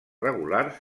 regulars